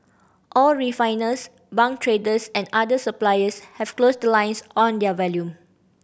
all refiners bunker traders and other suppliers have closed the lines on their volume